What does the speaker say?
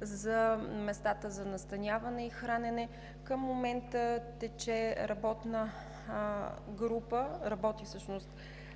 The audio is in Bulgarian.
за местата за настаняване и хранене. Към момента работи работна група, която